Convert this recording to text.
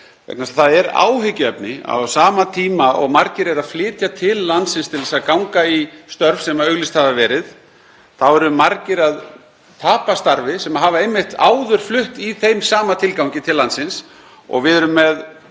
Það er áhyggjuefni að á sama tíma og margir eru að flytja til landsins til að ganga í störf sem auglýst hafa verið þá eru margir að tapa starfi sem hafa einmitt áður flutt í þeim sama tilgangi til landsins. Við erum að